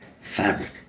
fabric